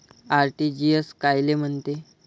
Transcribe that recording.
RTGS कायले म्हनते?